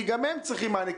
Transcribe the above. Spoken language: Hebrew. כי גם הם צריכים מענה,